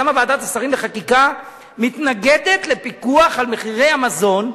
למה ועדת השרים לחקיקה מתנגדת לפיקוח על מחירי המזון,